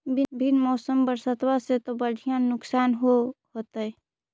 बिन मौसम बरसतबा से तो बढ़िया नुक्सान होब होतै?